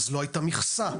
אז לא הייתה מכסה,